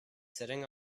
sitting